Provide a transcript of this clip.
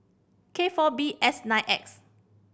K four B S nine X